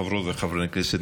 חברות וחברי הכנסת,